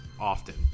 often